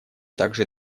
также